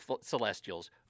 Celestials